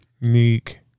Neek